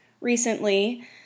recently